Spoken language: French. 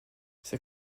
ces